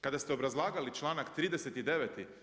Kada ste obrazlagali članak 39.